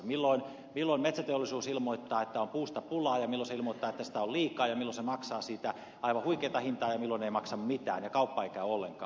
milloin metsäteollisuus ilmoittaa että on puusta pulaa ja milloin se ilmoittaa että sitä on liikaa ja milloin se maksaa siitä aivan huikeata hintaa ja milloin ei maksa mitään ja kauppa ei käy ollenkaan